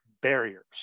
barriers